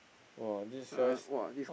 !wah! this guy's